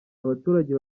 abaturage